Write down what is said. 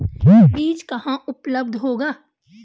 बीज कहाँ उपलब्ध होगा?